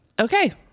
Okay